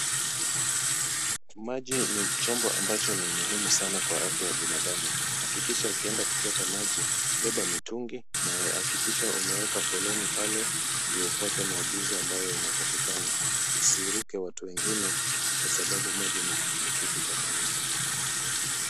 Maji ni chombo ambacho ni muhimu sana kwa afya ya binadamu. Hakikisha ukienda kuchota maji beba mitungi na hakikisha umeweka foleni pale ndio ufuate maagizo ambayo inatakikana. Usiruke watu wengine kwa sababu maji ni kitu cha maana.